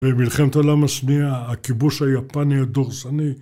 במלחמת העולם השניה הכיבוש היפני הדורסני